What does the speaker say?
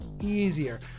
easier